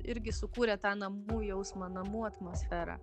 irgi sukūrė tą namų jausmą namų atmosferą